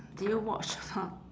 do you watch or not